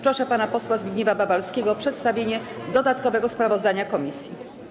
Proszę pana posła Zbigniewa Babalskiego o przedstawienie dodatkowego sprawozdania komisji.